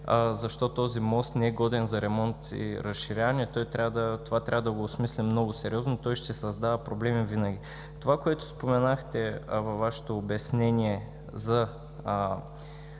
защо този мост не е годен за ремонт и разширяване. Това трябва да го осмислим много сериозно. Той ще създава проблеми винаги. Споменахте във Вашето обяснение за